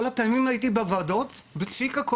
כל הפעמים הייתי בוועדות ובצ'יק היה עובר.